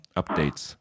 updates